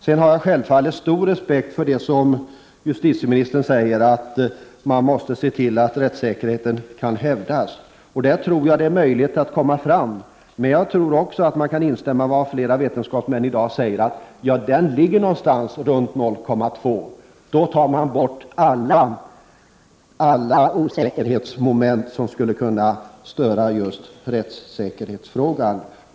Jag har självfallet stor respekt för det som justitieministern säger, att man måste se till att rättssäkerheten hävdas. Det tror jag är möjligt. Men jag anser också att man kan instämma i vad många vetenskapsmän i dag säger, att gränsen ligger någonstans vid 0,2. Då tar man bort alla osäkerhetsmoment när det gäller rättssäkerheten.